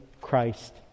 Christ